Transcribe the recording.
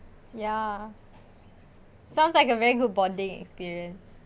ya sounds like a very good bonding experience